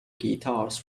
guitars